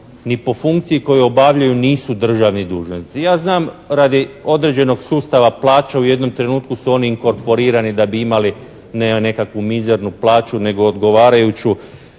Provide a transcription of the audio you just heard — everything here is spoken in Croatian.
ni po funkciji koju obavljaju nisu državni dužnosnici. Ja znam radi određenog sustava plaća u jednom trenutku su oni inkorporirani da bi imali ne nekakvu mizernu plaću nego odgovarajuću